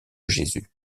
jésus